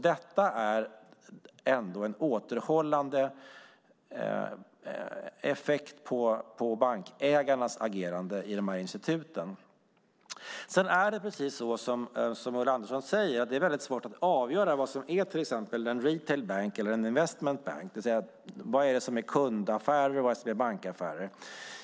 Detta är ändå en återhållande effekt på bankägarnas agerande i dessa institut. Precis som Ulla Andersson säger är det svårt att avgöra vad som är en retail bank eller en investment bank, det vill säga vad som är kundaffärer och bankaffärer.